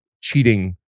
cheating